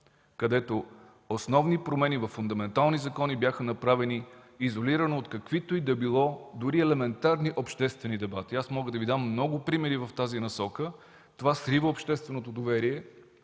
където основни промени във фундаментални закони бяха направени изолирано от каквито и да било дори елементарни обществени дебати – мога да Ви дам много примери в тази насока. Това срива общественото доверие